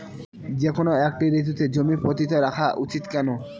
যেকোনো একটি ঋতুতে জমি পতিত রাখা উচিৎ কেন?